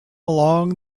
along